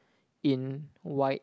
in white